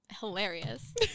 Hilarious